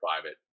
private